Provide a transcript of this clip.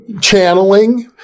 channeling